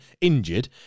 injured